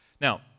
now